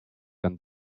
than